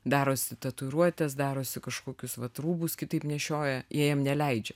darosi tatuiruotes darosi kažkokius vat rūbus kitaip nešioja jie jiem neleidžia